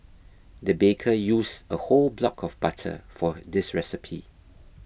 the baker used a whole block of butter for this recipe